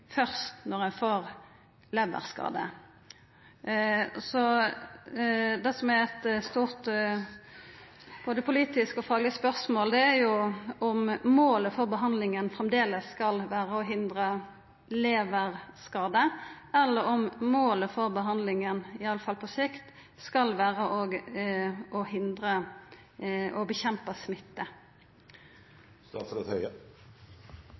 først når dei får leverskade. Det som er eit stort både politisk og fagleg spørsmål, er om målet for behandlinga framleis skal vera å hindra leverskade, eller om målet for behandlinga i alle fall på sikt skal vera å hindra smitte. Den problemstillingen som representanten her tar opp, er en viktig og